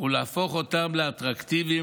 ולהפוך אותם לאטרקטיביים,